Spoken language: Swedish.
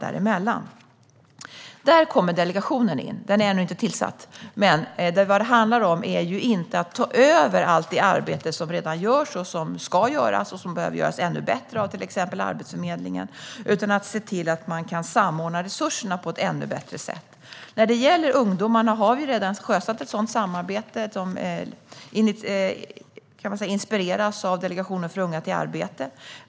Där kommer delegationen in - den är ännu inte tillsatt. Vad det handlar om är inte att man ska ta över allt det arbete som redan görs, som ska göras och som behöver göras ännu bättre av till exempel Arbetsförmedlingen, utan det handlar om att se till att man kan samordna resurserna på ett ännu bättre sätt. När det gäller ungdomarna har vi redan sjösatt ett sådant samarbete - man kan säga att det inspireras av Delegationen för unga till arbete.